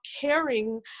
caring